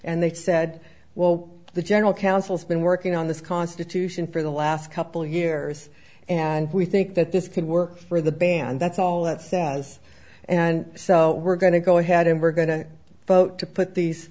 and they said well the general counsel's been working on this constitution for the last couple of years and we think that this can work for the band that's all that says and so we're going to go ahead and we're going to vote to put